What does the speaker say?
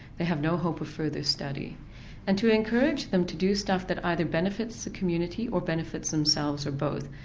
they have no hope of further study and to encourage them to do stuff that either benefits the community or benefits themselves or both,